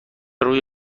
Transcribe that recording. روی